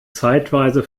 zeitweise